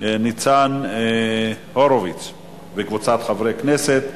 ניצן הורוביץ וקבוצת חברי הכנסת.